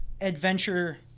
adventure